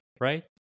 right